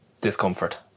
discomfort